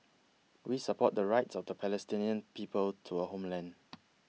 we support the rights of the Palestinian people to a homeland